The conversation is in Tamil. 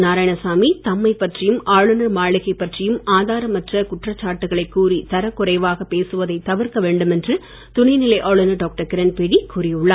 நாராயணசாமி தம்மை பற்றியும் ஆளுநர் மாளிகை பற்றியும் ஆதாரமற்ற குற்றச்சாட்டுக்களை கூறி தரக்குறைவாக பேசுவதை தவிர்க்க வேண்டும் என்று துணைநிலை ஆளுநர் டாக்டர் கிரண்பேடி கூறியுள்ளார்